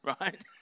right